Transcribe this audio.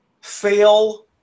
fail